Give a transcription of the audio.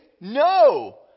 No